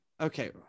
Okay